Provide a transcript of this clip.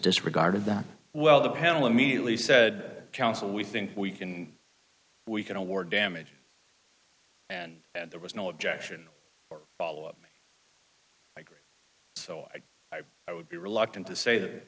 disregarded that well the panel immediately said council we think we can we can award damage and and there was no objection or follow up so i would be reluctant to say that